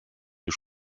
już